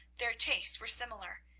their tastes were similar,